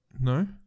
No